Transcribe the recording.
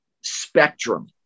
spectrum